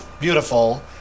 beautiful